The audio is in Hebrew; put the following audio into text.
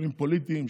שיקולים פוליטיים,